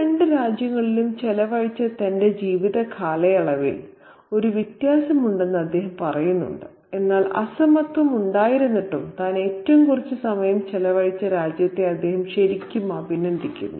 ഈ രണ്ട് രാജ്യങ്ങളിലും ചെലവഴിച്ച തന്റെ ജീവിത കാലയളവിൽ ഒരു വ്യത്യാസമുണ്ടെന്ന് അദ്ദേഹം പറയുന്നു എന്നാൽ അസമത്വം ഉണ്ടായിരുന്നിട്ടും താൻ ഏറ്റവും കുറച്ച് സമയം ചെലവഴിച്ച രാജ്യത്തെ അദ്ദേഹം ശരിക്കും അഭിനന്ദിക്കുന്നു